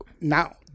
now